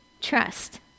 trust